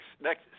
next